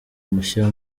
mushya